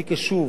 אני קשוב,